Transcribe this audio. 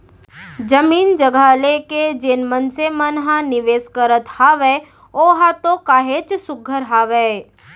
जमीन जघा लेके जेन मनसे मन ह निवेस करत हावय ओहा तो काहेच सुग्घर हावय